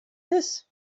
this